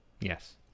Yes